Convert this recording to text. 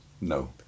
No